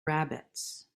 rabbits